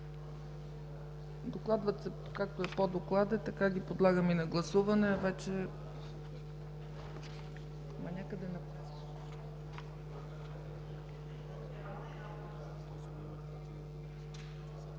Докладват се както е по доклада, така ги подлагам и на гласуване.